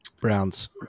Browns